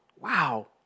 Wow